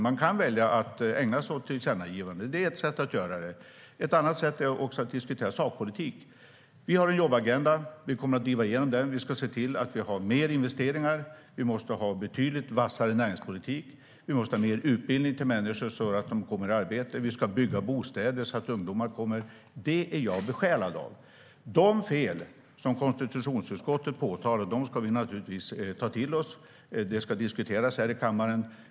Man kan välja att ägna sig åt tillkännagivanden. Det är ett sätt. Ett annat sätt är att diskutera sakpolitik. Vi har en jobbagenda. Vi kommer att driva igenom den. Vi ska se till att vi har mer investeringar. Vi måste ha betydligt vassare näringspolitik. Vi måste ha mer utbildning till människor så att de kommer i arbete. Vi ska bygga bostäder så att ungdomar får en bostad. Det är jag besjälad av. De fel som konstitutionsutskottet påtalar ska vi naturligtvis ta till oss. Det ska diskuteras här i kammaren.